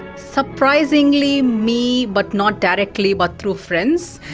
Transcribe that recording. surprisingly me but not directly but through friends.